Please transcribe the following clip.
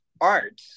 art